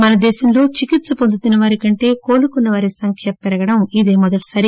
మన దేశంలో చికిత్స పొందుతున్న వారి కంటే కోలుకున్న వారి సంఖ్య పెరగడం ఇదే మొదటిసారి